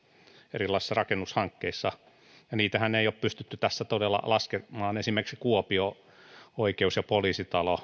erilaisissa rakennushankkeissa ja niitähän ei ole pystytty tässä todella laskemaan esimerkiksi kuopion oikeus ja poliisitalo